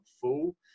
full